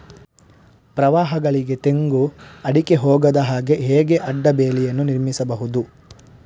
ಪ್ರವಾಹಗಳಿಗೆ ತೆಂಗು, ಅಡಿಕೆ ಹೋಗದ ಹಾಗೆ ಹೇಗೆ ಅಡ್ಡ ಬೇಲಿಯನ್ನು ನಿರ್ಮಿಸಬಹುದು?